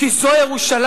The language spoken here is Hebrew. "כי זאת ירושלים.